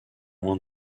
loin